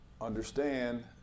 Understand